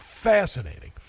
Fascinating